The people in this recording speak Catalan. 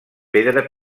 pedra